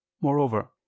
moreover